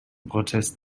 protest